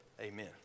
Amen